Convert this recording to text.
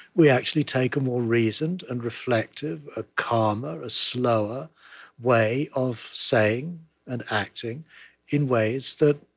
we actually take a more reasoned and reflective, a calmer, a slower way of saying and acting in ways that,